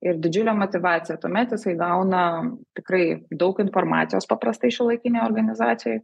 ir didžiulė motyvacija tuomet jisai gauna tikrai daug informacijos paprastai šiuolaikinėj organizacijoj